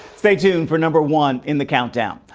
stay tuned for number one in the countdown.